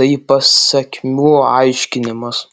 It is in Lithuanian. tai pasekmių aiškinimas